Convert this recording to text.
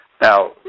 Now